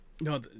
No